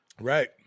right